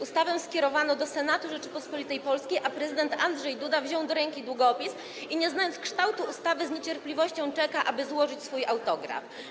Ustawę skierowano do Senatu Rzeczypospolitej Polskiej, a prezydent Andrzej Duda wziął do ręki długopis i, nie znając kształtu ustawy, z niecierpliwością czeka, aby złożyć swój autograf.